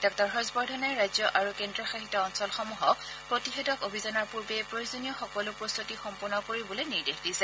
ডাঃ বৰ্ধনে ৰাজ্য আৰু কেন্দ্ৰীয়শাসিত অঞ্চলসমূহক প্ৰতিষেধক অভিযানৰ পূৰ্বে প্ৰয়োজনীয় সকলো প্ৰস্ততি সম্পূৰ্ণ কৰিবলৈ নিৰ্দেশ দিছে